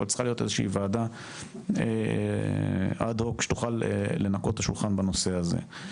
אבל צריכה להיות איזושהי וועדה שתוכל לנקות את השולחן בנושא הזה.